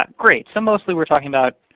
um great. so mostly we're talking about,